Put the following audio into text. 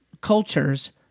cultures